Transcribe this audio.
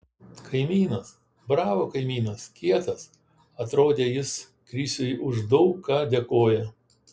kaimynas bravo kaimynas kietas atrodė jis krisiui už daug ką dėkoja